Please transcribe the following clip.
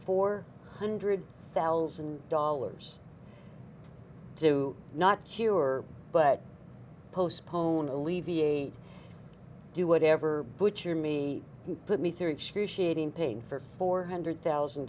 four hundred thousand dollars do not cure but postpone alleviate do whatever butcher me and put me through excruciating pain for four hundred thousand